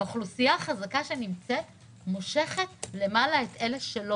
האוכלוסייה החזקה שנמצאת מושכת למעלה את אלה שלא.